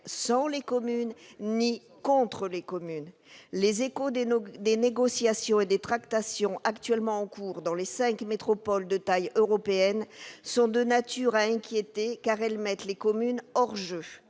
sans les communes, ni contre les communes. Or les échos des négociations et tractations en cours dans les cinq métropoles de taille européenne sont de nature à inquiéter, car les communes sont mises hors-jeu.